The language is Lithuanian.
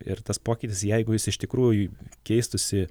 ir tas pokytis jeigu jis iš tikrųjų keistųsi